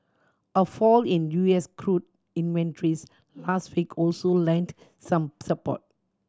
a fall in U S crude inventories last week also lent some support